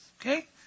okay